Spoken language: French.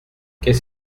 qu’est